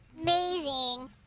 amazing